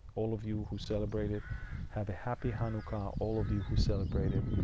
all of you who celebrate it have a happy hanukkah. all of you who celebrate it.